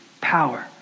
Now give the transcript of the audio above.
Power